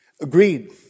agreed